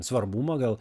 svarbumą gal